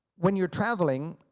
when you're traveling,